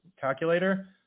calculator